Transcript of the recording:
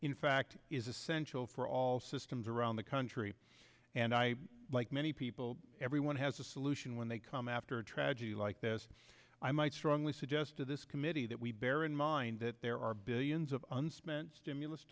in fact is essential for all systems around the country and i like many people everyone has a solution when they come after a tragedy like this i might strongly suggest to this committee that we bear in mind that there are billions of unspent stimulus